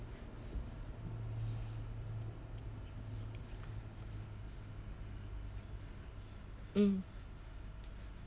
mm